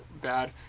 bad